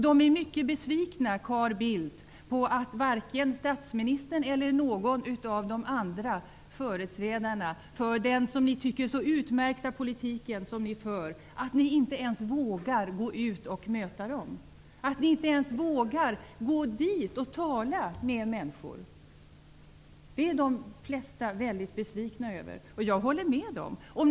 De är mycket besvikna, Carl Bildt, att varken statsministern eller någon av de andra företrädarna för den som ni tycker så utmärkta politik som ni för inte ens vågar gå ut och möta dem. Ni vågar inte ens gå dit och tala med människor. Det är de flesta väldigt besvikna över, och jag håller med dem.